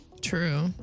True